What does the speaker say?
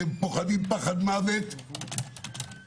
אתם פוחדים פחד מוות מהם.